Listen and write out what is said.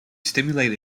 stimulate